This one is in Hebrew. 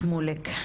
שמוליק.